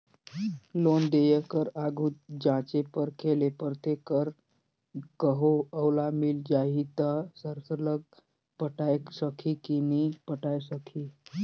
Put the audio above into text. loan देय कर आघु जांचे परखे ले परथे कर कहों ओला मिल जाही ता सरलग पटाए सकही कि नी पटाए सकही